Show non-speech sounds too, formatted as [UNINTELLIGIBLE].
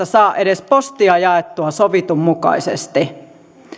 [UNINTELLIGIBLE] saa edes postia jaettua sovitun mukaisesti